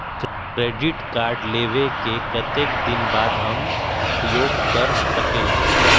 Credit card लेबे के कतेक दिन बाद हम उपयोग कर सकेला?